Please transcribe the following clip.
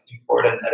important